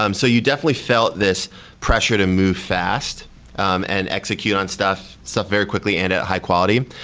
um so you definitely felt this pressure to move fast um and execute on stuff stuff very quickly and at high quality.